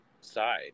side